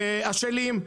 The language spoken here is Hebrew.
אשלים,